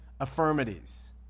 affirmities